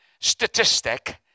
statistic